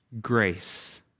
Grace